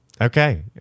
Okay